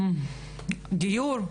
גיור,